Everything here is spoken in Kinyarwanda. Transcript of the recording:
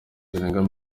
zirenga